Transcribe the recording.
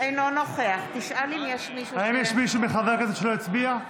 אינו נוכח האם יש מישהו מחברי הכנסת שלא הצביע?